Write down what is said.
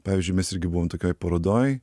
pavyzdžiui mes irgi buvom tokioj parodoj